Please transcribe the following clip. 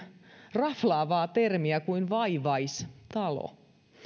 raflaavaa termiä kuin vaivaistalo